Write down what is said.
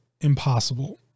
impossible